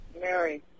Mary